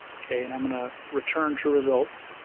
k. and i'm going to return to results.